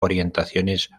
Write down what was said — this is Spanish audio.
orientaciones